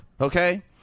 okay